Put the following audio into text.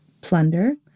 Plunder